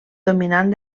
dominant